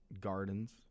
Gardens